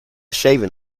shaving